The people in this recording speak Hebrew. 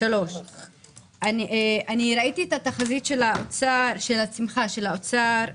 אני ראיתי את התחזית של הצמיחה של האוצר,